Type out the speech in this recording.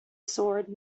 sword